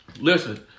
listen